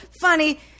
funny